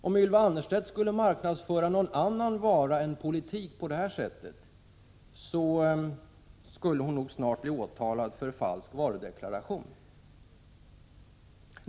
Om Ylva Annerstedt skulle marknadsföra någon annan vara än politik på detta sätt skulle hon nog snart bli åtalad för falsk varudeklaration.